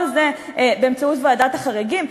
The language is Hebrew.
כל זה באמצעות ועדת החריגים.